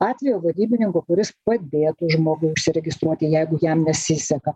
atvejo vadybininku kuris padėtų žmogui užsiregistruoti jeigu jam nesiseka